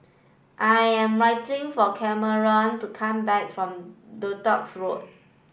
I am waiting for Cameron to come back from Duxton Road